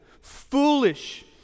foolish